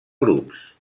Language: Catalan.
grups